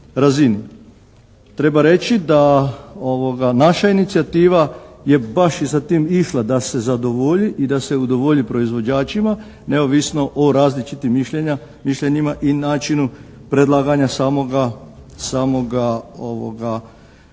Treba reći da naša inicijativa je baš i za tim išla da se zadovolji i da se udovolji proizvođačima neovisno o različitim mišljenjima i načinu predlaganja samoga projekta.